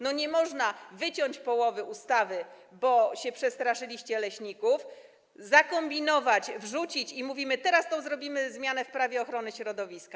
Nie można wyciąć połowy ustawy - bo się przestraszyliście leśników - zakombinować, wrzucić i mówić: teraz to zrobimy zmianę w Prawie ochrony środowiska.